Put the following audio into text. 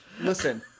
Listen